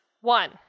one